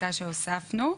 הפסקה שהוספנו,